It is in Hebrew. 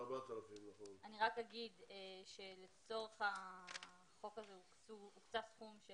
אומר שלצורך החוק הזה הוקצה סכום של